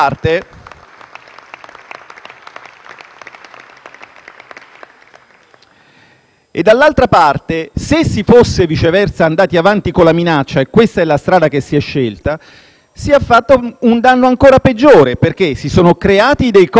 Dall'altra parte, andando avanti con la minaccia (questa è la strada che si è scelta) si è fatto un danno ancora peggiore, perché si sono creati dei costi di transizione inutili: noi siamo stati qui a districare tutta una matassa